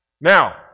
Now